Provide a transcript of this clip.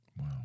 Wow